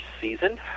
season